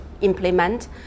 implement